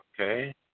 Okay